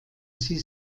sie